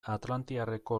atlantiarreko